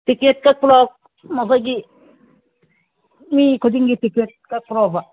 ticket ꯀꯛꯄ꯭ꯔꯣ ꯃꯈꯣꯏꯒꯤ ꯃꯤ ꯈꯨꯗꯤꯡꯒꯤ ꯇꯤꯛꯀꯦꯠ ꯀꯛꯄ꯭ꯔꯣꯕ